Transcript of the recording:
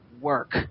work